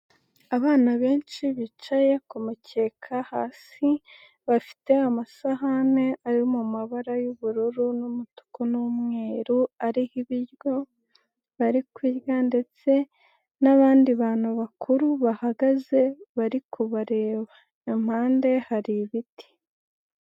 Abana benshi bicaye ku mukeka hasi bafite amasahane ari mu mabara y'ubururu n'umutuku n'umweru ariho ibiryo, bari kurya ndetse n'abandi bantu bakuru bahagaze bari kubareba, impande hari ibiti.